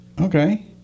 Okay